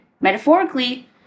metaphorically